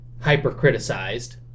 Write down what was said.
hyper-criticized